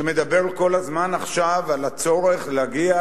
שמדבר כל הזמן עכשיו על הצורך להגיע,